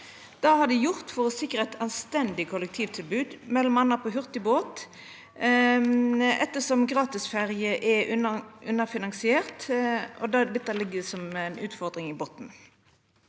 Det har dei gjort for å sikra eit anstendig kollektivtilbod, m.a. med hurtigbåt, ettersom gratisferje er underfinansiert og dette ligg som ei utfordring i botnen.